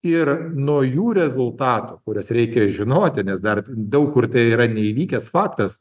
ir nuo jų rezultatų kurias reikia žinoti nes dar daug kur tai yra neįvykęs faktas